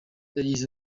yagize